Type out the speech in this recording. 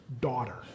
daughter